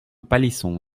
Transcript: palisson